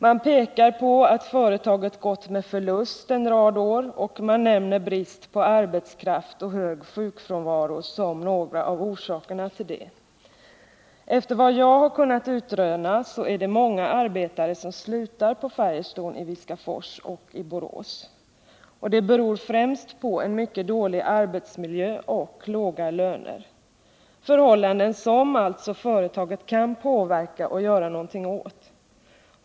Man pekar på att företaget gått med förlust en rad år, och man nämner brist på arbetskraft och hög sjukfrånvaro som några av orsakerna till detta. Efter vad jag har kunnat utröna är det många arbetare som slutar på Firestone i Viskafors och Borås. Det beror främst på en mycket dålig arbetsmiljö och låga löner, förhållanden som alltså företaget kan påverka och göra någonting åt.